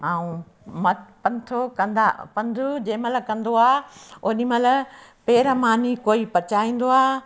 ऐं मत पंथड़ो कंदा पंधु जंहिंमहिल कंदो आ्हे होॾीमहिल पेर मानी कोई पचाईंदो आ्हे